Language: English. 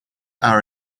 are